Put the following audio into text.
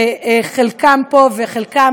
שחלקם פה וחלקם,